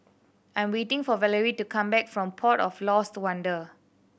I'm waiting for Valery to come back from Port of Lost Wonder